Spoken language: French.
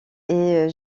est